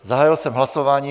Zahájil jsem hlasování.